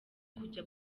kujya